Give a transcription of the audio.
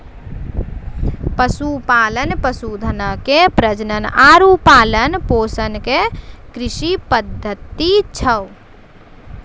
पशुपालन, पशुधनो के प्रजनन आरु पालन पोषण के कृषि पद्धति छै